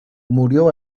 murió